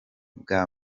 bwa